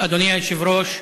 אדוני היושב-ראש,